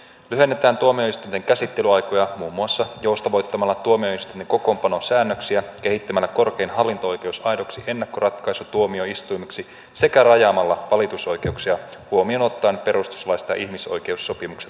lyhennetään tuomioistuinten käsittelyaikoja muun muassa joustavoittamalla tuomioistuimen kokoonpanosäännöksiä kehittämällä korkein hallinto oikeus aidoksi ennakkoratkaisutuomioistuimeksi sekä rajaamalla valitusoikeuksia huomioon ottaen perustuslaista ja ihmisoikeussopimuksista tulevat reunaehdot